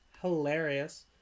hilarious